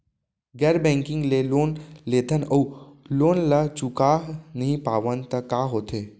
गैर बैंकिंग ले लोन लेथन अऊ लोन ल चुका नहीं पावन त का होथे?